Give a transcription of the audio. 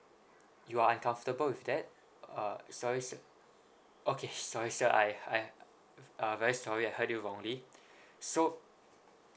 you are uncomfortable with that uh sorry sir okay sorry sir I I uh very sorry I heard you wrongly so